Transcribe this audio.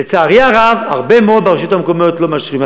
לצערי הרב, הרבה מאוד ברשויות המקומיות לא מאשרים.